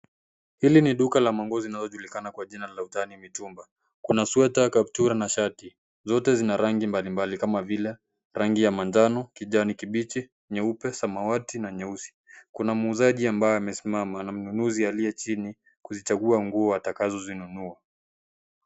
Hili ni duka la manguo zinazojulikana kwa jina la utani mtuumba. Kuna sweta, kaptura, na shati. Zote zina rangi mbalimbali kama vile, rangi ya manjano, kijani kibichi, nyeupe, samawati, na nyeusi. Kuna muzaji ambaye amesimama na mnunuzi aliyechini. Kuzichagua nguo atakazo zinunua.